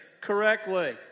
correctly